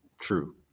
True